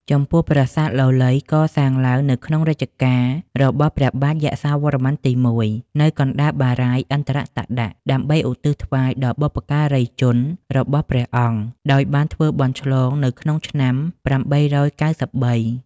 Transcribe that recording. ចំពោះ ប្រាសាទលលៃ កសាងឡើងនៅក្នុងរជ្ជកាលរបស់ព្រះបាទយសោវរ្ម័នទី ១ នៅកណ្តាលបារាយណ៍ឥន្ទ្រតដាក ដើម្បីឧទ្ទិសថ្វាយដល់បុព្វការីជនរបស់ព្រះអង្គ ដោយបានធ្វើបុណ្យឆ្លងនៅក្នុងឆ្នាំ ៨៩៣ ។